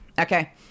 okay